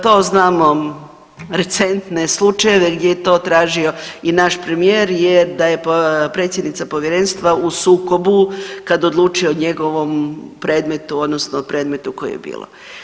To znamo recentne slučajeve gdje je to tražio i naš premijer jer da je predsjednica povjerenstva u sukobu kad odlučuje o njegovom predmetu odnosno predmetu koje je bilo.